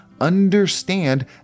Understand